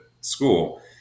school